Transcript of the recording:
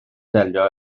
delio